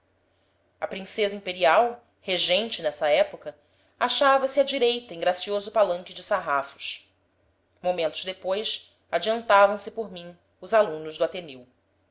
a princesa imperial regente nessa época achava-se à direita em gracioso palanque de sarrafos momentos depois adiantavam se por mim os alunos do ateneu